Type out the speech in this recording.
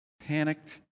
panicked